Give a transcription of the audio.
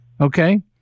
okay